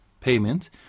payment